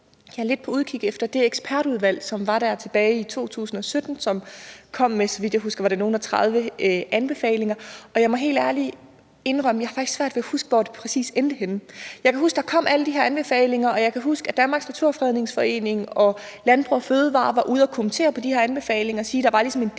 jeg er lidt på udkig efter det ekspertudvalg, som var der tilbage i 2017, og som kom med, så vidt jeg husker nogle og tredive anbefalinger. Og jeg må helt ærligt indrømme, at jeg faktisk har svært ved at huske, hvor det præcis endte henne. Jeg kan huske, at der kom alle de her anbefalinger, og jeg kan huske, at Danmarks Naturfredningsforening og Landbrug & Fødevarer var ude at kommentere på de her anbefalinger. De sagde, at der ligesom var